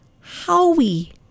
howie